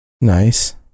Nice